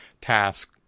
task